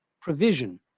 provision